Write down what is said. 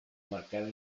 marcada